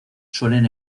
suelen